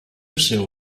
cell